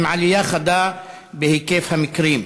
עם עלייה חדה בהיקף המקרים.